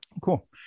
Cool